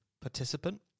participant